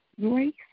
grace